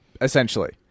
essentially